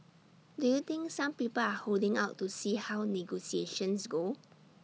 do you think some people are holding out to see how negotiations go